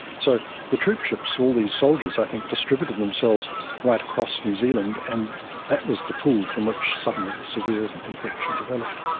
so the troop ships, all these soldiers i think distributed themselves right across new zealand, and that was the pool from which suddenly the severe infection developed.